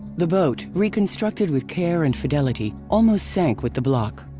the boat reconstructed with care and fidelity almost sank with the block.